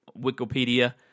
Wikipedia